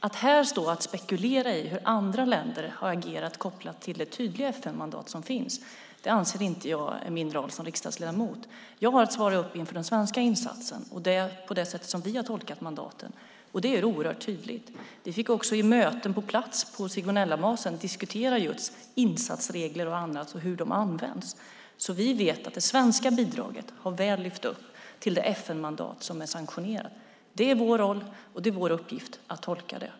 Att här stå och spekulera i hur andra länder har agerat kopplat till det tydliga FN-mandat som finns anser jag inte är min roll som riksdagsledamot. Jag har att svara upp inför den svenska insatsen. Och det är på det här sättet som vi har tolkat mandatet, och det är oerhört tydligt. Vi fick också i möten på plats på Sigonellabasen diskutera just insatsregler och annat och hur de används, så vi vet att det svenska bidraget väl har levt upp till det FN-mandat som är sanktionerat. Det är vår roll och det är vår uppgift att tolka det.